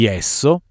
esso